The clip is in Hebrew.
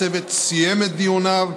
הצוות סיים את דיוניו,